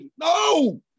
no